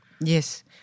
Yes